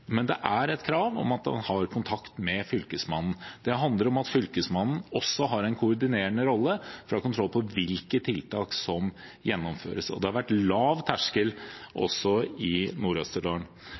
men det er et krav om at man har kontakt med Fylkesmannen. Det handler om at Fylkesmannen også har en koordinerende rolle for å ha kontroll på hvilke tiltak som gjennomføres. Det har vært lav terskel